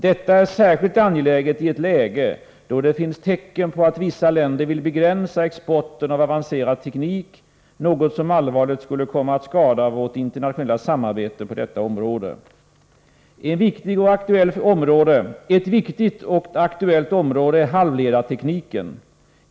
Detta är särskilt angeläget i ett läge, då det finns tecken på att vissa länder vill begränsa exporten av avancerad teknik, något som allvarligt skulle komma att skada vårt internationella samarbete på detta område. Ett viktigt och aktuellt område är halvledartekniken.